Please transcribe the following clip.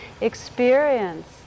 experience